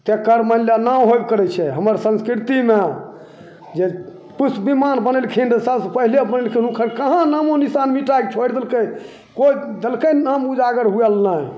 तकर मण्डना होएब करै छै हमर संस्कृतिमे जे पुष्प विमान बनेलखिन रहै सबसे पहिले अपन कोनो कहाँ नामोनिशान मिटैके छोड़ि देलकै कोइ देलकै नाम उजागर होइएले नहि